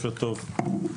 בוקר טוב.